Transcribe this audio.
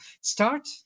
start